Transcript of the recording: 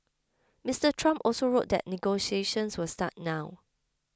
Mister Trump also wrote that negotiations will start now